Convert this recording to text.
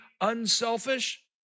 unselfish